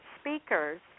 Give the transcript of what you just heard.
speakers